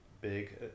big